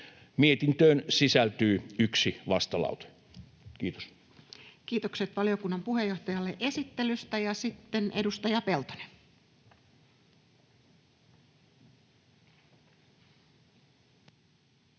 Mietintöön sisältyy yksi vastalause. — Kiitos. Kiitokset valiokunnan puheenjohtajalle esittelystä. — Sitten edustaja Peltonen. Arvoisa